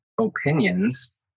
opinions